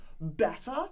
better